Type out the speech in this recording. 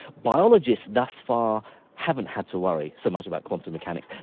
biologists thus far haven't had to worry so much about quantum mechanics.